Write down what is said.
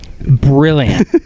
brilliant